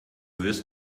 wirst